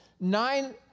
nine